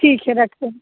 ठीक है रखते हैं